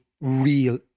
real